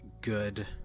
good